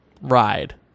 ride